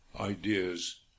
ideas